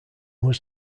was